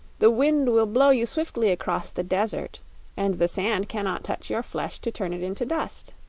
the wind will blow you swiftly across the desert and the sand cannot touch your flesh to turn it into dust.